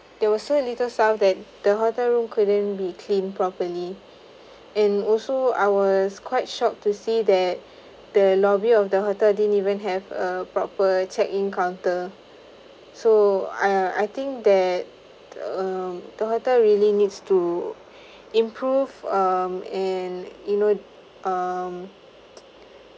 there was so little staff that the hotel room couldn't be cleaned properly and also I was quite shocked to see that the lobby of the hotel didn't even have a proper check in counter so uh I think that um the hotel really needs to improve um and you know um